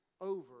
over